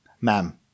Ma'am